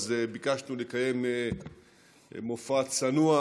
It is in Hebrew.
ביקשנו לקיים מופע צנוע,